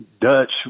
Dutch –